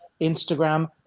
Instagram